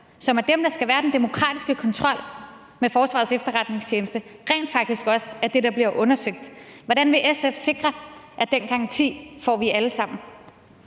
som er dem, der skal være den demokratiske kontrol med Forsvarets Efterretningstjeneste – rent faktisk også er det, der bliver undersøgt? Hvordan vil SF sikre, at vi alle sammen